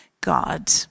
God